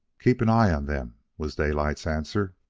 keep an eye on them, was daylight's answer.